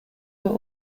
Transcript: were